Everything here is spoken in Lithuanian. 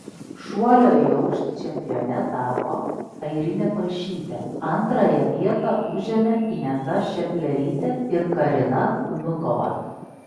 šuolio į aukštį čempione tapo airinė palšytė antrąją vietą užėmė ineta šeflerytė ir karina vnukova